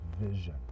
vision